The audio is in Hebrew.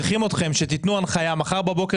צריכים אתכם שתתנו הנחיה מחר בבוקר